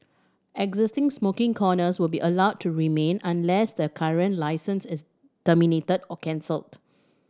existing smoking corners will be allowed to remain unless the current licence is terminated or cancelled